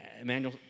Emmanuel